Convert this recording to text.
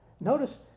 notice